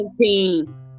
team